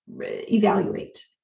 evaluate